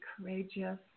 courageous